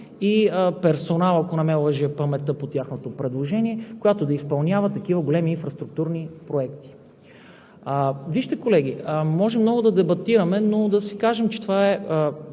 и персонал, ако не ме лъже паметта по тяхното предложение, която да изпълнява такива големи инфраструктурни проекти. Вижте, колеги, може много да дебатираме, но да си кажем, че това не